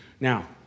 Now